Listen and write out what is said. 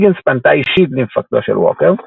היגינס פנתה אישית למפקדו של ווקר,